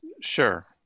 sure